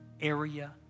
area